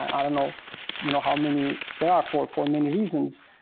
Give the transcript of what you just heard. i don't know you know how many there are for for many reasons,